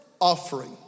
offering